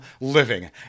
living